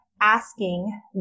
asking